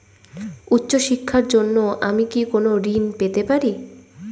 উচ্চশিক্ষার জন্য আমি কি কোনো ঋণ পেতে পারি?